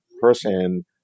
person